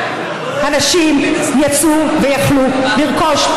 אנשים יצאו ויכלו לרכוש.